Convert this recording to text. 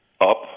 up